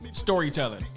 Storytelling